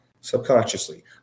subconsciously